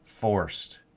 Forced